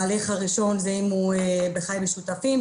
ההליך הראשון זה אם הוא בחיים משותפים,